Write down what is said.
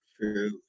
True